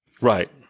Right